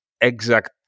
exact